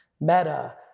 Meta